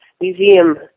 museum